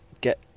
get